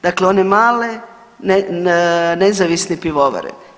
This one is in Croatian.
Dakle, one male nezavisne pivovare.